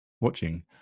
watching